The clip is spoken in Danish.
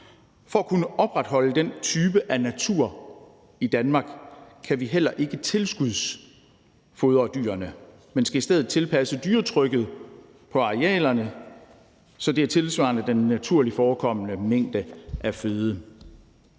For at kunne opretholde den type af natur i Danmark kan vi heller ikke tilskudsfodre dyrene, men skal i stedet tilpasse dyretrykket på arealerne, så det er tilsvarende den naturligt forekommende mængde af føde.